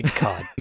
God